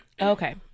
Okay